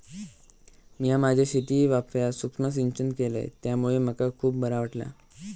मिया माझ्या शेतीवाफ्यात सुक्ष्म सिंचन केलय त्यामुळे मका खुप बरा वाटला